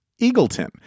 Eagleton